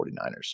49ers